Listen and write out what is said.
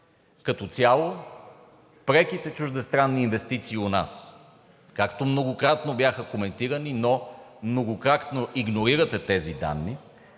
Като цяло преките чуждестранни инвестиции у нас, които многократно бяха коментирани, но многократно игнорирате тези данни